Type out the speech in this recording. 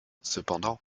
cependant